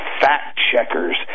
fact-checkers